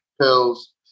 pills